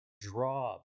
draw